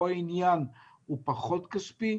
העניין פה הוא פחות כספי,